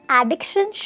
addiction